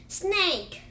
snake